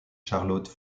charlotte